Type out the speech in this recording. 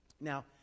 now